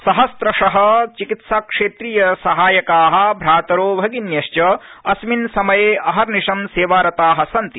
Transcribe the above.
सहस्रश चिकित्साक्षर्तीप्र सहायक भ्रातरो भगिन्यश्च अस्मिन् समय खिहर्निश सद्धिता सन्ति